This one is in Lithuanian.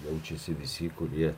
jaučiasi visi kurie